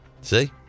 See